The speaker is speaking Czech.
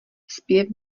zpěv